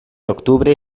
octubre